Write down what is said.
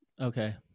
Okay